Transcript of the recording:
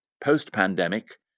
Post-pandemic